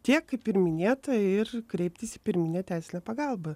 tiek kaip ir minėta ir kreiptis į pirminę teisinę pagalbą